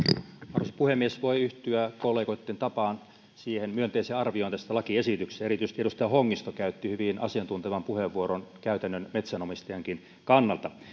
arvoisa puhemies voi yhtyä kollegoitten tapaan siihen myönteiseen arvioon tästä lakiesityksestä erityisesti edustaja hongisto käytti hyvin asiantuntevan puheenvuoron käytännön metsänomistajankin kannalta